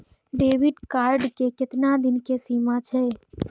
Debit card के केतना दिन के सीमा छै?